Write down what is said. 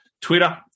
Twitter